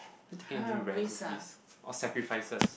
I taken on you rare risks or sacrifices